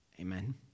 Amen